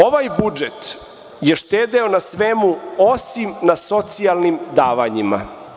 Ovaj budžet je štedeo na svemu osim na socijalnim davanjima.